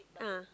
ah